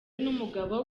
n’umugabo